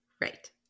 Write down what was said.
Right